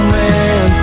man